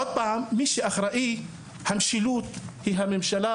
מי שאחראי למשילות היא הממשלה,